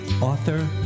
author